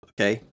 Okay